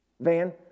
Van